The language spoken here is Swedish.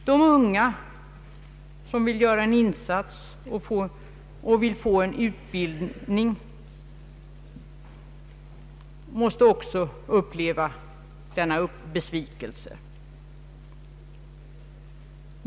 De unga som vill göra en insats och vill få en utbildning måste också uppleva denna besvikelse.